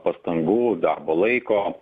pastangų darbo laiko